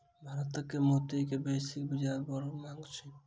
भारतक मोती के वैश्विक बाजार में बड़ मांग अछि